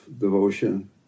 devotion